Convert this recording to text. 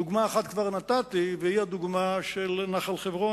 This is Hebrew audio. דוגמה אחת כבר נתתי והיא הדוגמה של נחל חברון.